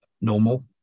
normal